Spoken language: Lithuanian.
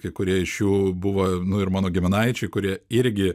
kai kurie iš jų buvo ir mano giminaičiai kurie irgi